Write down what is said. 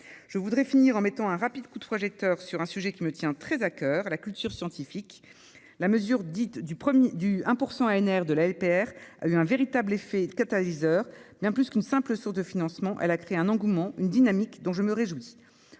Je conclurai en mettant un rapide coup de projecteur sur un sujet qui me tient très à coeur, la culture scientifique. La mesure du « 1 % ANR » de la LPR a eu un véritable effet catalyseur : loin d'être une simple source de financement, elle a créé un engouement, une dynamique, dont je me réjouis.